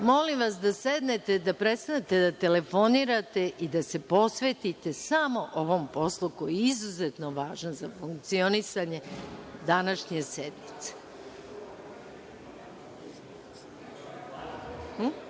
vas da sednete, da prestanete da telefonirate i da se posvetite samo ovo poslu koji je izuzetno važan za funkcionisanje današnje sednice. Molim